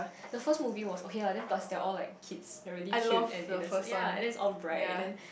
the first movie was okay lah then plus they're all like kids they're really like cute and innocent ya and then it's all bright and then